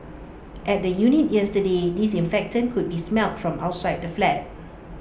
at the unit yesterday disinfectant could be smelt from outside the flat